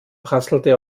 prasselte